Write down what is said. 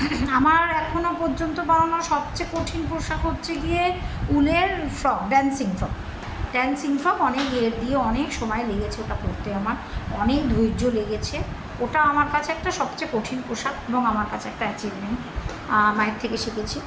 আমার এখনো পর্যন্ত বানানো সবচেয়ে কঠিন পোশাক হচ্ছে গিয়ে উলের frock dancing frock dancing frock অনেক ঘের দিয়ে অনেক সময় লেগেছে ওটা করতে আমার অনেক ধৈর্য্য লেগেছে ওটা আমার কাছে একটা সবচেয়ে কঠিন পোশাক এবং আমার কাছে একটা অ্যাচিভমেন্ট মায়ের থেকে শিখেছি